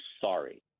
sorry